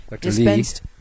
dispensed